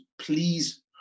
please